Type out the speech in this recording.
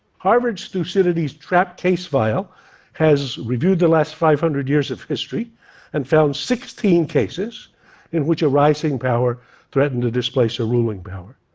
harvard's thucydides's trap case file has reviewed the last five hundred years of history and found sixteen cases in which a rising power threatened to displace a ruling power.